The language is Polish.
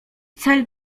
cel